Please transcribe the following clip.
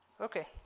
Okay